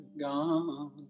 gone